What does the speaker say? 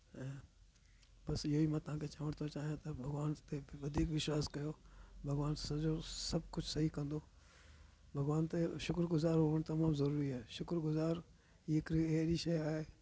ऐं बसि इहो ई मां तव्हांखे चवण थो चाहियां त भॻवान ते वधीक विश्वास कयो भॻवान सॼो सभु कुझु सही कंदो भॻवान ते शुक्रगुज़ारु हुअणु तमामु ज़रूरी आहे शुक्रगुज़ार ई हिकिड़ी अहिड़ी शइ आहे